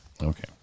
Okay